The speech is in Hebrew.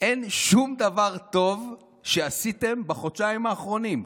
אין שום דבר טוב שעשיתם בחודשיים האחרונים.